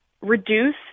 reduce